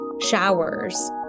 showers